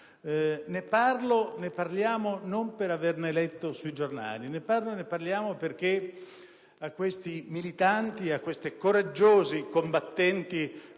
Ne parlo e ne parliamo non per averne letto sui giornali, ma perché questi militanti e questi coraggiosi combattenti per